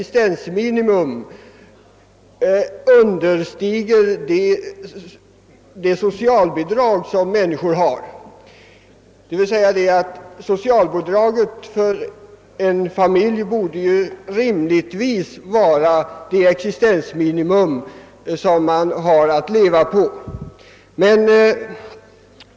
stensminimum understiger utgående socialbidrag, vilket bidrag rimligtvis borde vara det existensminimum som ensamstående och familjer har att leva på.